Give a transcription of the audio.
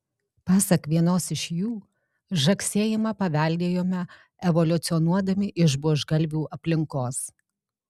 pasak vienos iš jų žagsėjimą paveldėjome evoliucionuodami iš buožgalvių aplinkos